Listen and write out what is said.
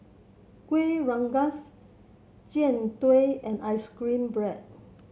Kueh Rengas Jian Dui and ice cream bread